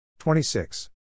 26